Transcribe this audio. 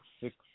six